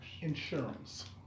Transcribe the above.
insurance